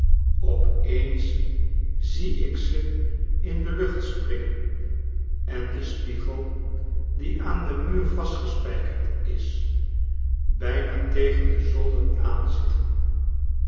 op eens zie ik ze in de lucht springen en den spiegel die aan den muur vastgespijkerd is bijna tegen den zolder aan zitten